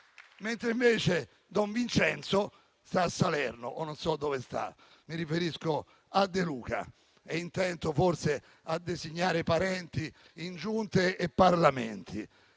Invece don Vincenzo sta a Salerno o non so dove; mi riferisco a De Luca. È intento forse a designare parenti in giunte e Parlamenti.